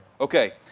Okay